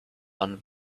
and